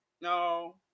No